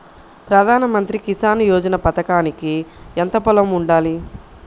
ప్రధాన మంత్రి కిసాన్ యోజన పథకానికి ఎంత పొలం ఉండాలి?